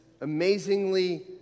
amazingly